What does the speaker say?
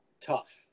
tough